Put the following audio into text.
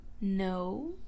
No